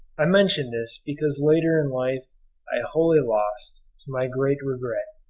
i mention this because later in life i wholly lost, to my great regret,